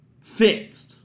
fixed